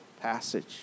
passage